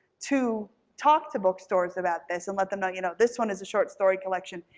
to talk to bookstores about this, and let them know, you know, this one is a short story collection,